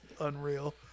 Unreal